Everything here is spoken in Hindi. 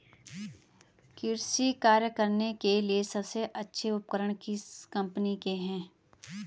कृषि कार्य करने के लिए सबसे अच्छे उपकरण किस कंपनी के हैं?